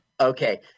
Okay